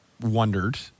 wondered